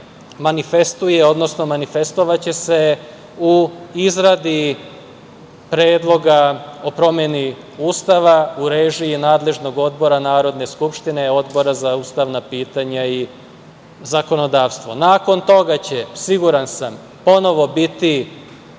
manifestuje, odnosno manifestovaće se u izradi predloga o promeni Ustava u režiji nadležnog odbora Narodne skupštine, Odbora za ustavna pitanja i zakonodavstvo. Nakon toga će, siguran sam, ponovo biti